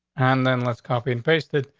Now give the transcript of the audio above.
and then let's copy and paste it.